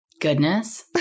Goodness